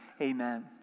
amen